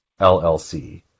LLC